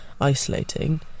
isolating